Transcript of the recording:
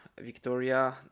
victoria